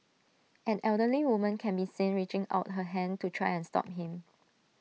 an elderly woman can be seen reaching out her hand to try and stop him